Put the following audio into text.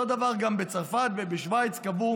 אותו דבר גם בצרפת ובשווייץ, קבעו